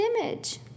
image